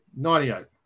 98